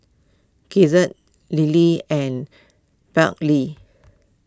Gidget Lilly and Brantley